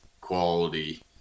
quality